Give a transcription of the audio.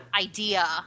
idea